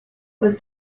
was